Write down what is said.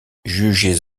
jugez